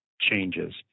changes